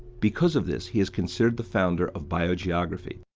because of this, he is considered the founder of biogeography.